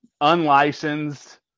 unlicensed